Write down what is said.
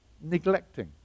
neglecting